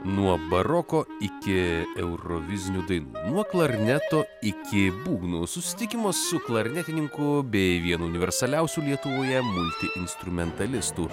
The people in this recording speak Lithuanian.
nuo baroko iki eurovizinių dainų nuo klarneto iki būgnų susitikimus su klarnetininku bei vienu universaliausiu lietuvoje multi instrumentalistų